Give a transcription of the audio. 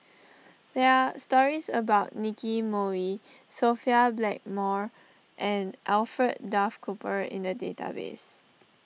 there are stories about Nicky Moey Sophia Blackmore and Alfred Duff Cooper in the database